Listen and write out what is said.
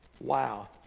Wow